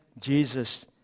Jesus